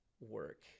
work